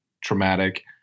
traumatic